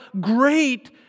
great